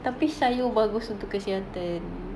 tapi sayur bagus untuk kesihatan